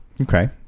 Okay